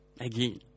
again